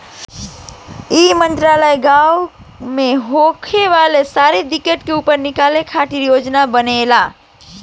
ई मंत्रालय गाँव मे होखे वाला सारा दिक्कत के उपाय निकाले खातिर योजना बनावेला